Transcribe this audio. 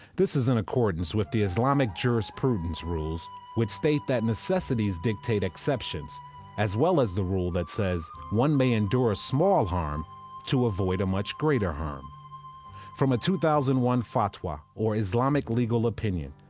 this is in accordance with the islamic jurisprudence rules which state that necessities dictate exceptions as well as the rule that says one may endure a small harm to avoid a much greater harm from a two thousand and one fatwa, or islamic legal opinion,